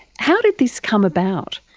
how did this come about?